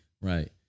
right